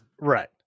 Right